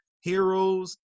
heroes